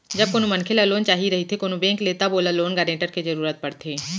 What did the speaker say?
जब कोनो मनखे ल लोन चाही रहिथे कोनो बेंक ले तब ओला लोन गारेंटर के जरुरत पड़थे